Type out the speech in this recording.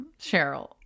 Cheryl